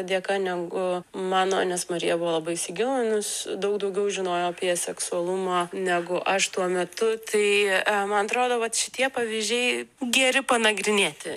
dėka negu mano nes marija buvo labai įsigilinus daug daugiau žinojo apie seksualumą negu aš tuo metu tai man atrodo vat šitie pavyzdžiai geri panagrinėti